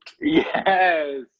Yes